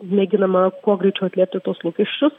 mėginama kuo greičiau atliepti tuos lūkesčius